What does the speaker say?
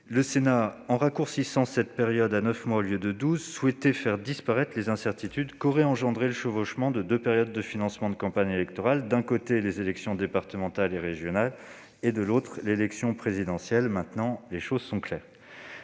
Le Sénat, en raccourcissant cette période à neuf mois au lieu de douze, souhaitait faire disparaître les incertitudes qu'aurait engendrées le chevauchement de deux périodes de financement de campagne électorale : d'un côté, les élections départementales et régionales et, de l'autre, l'élection présidentielle. Maintenant, les choses sont claires.